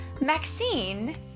Maxine